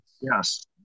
yes